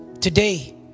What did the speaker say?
today